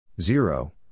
Zero